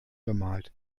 bemalt